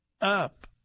up